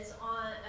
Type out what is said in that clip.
on